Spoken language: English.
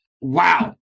Wow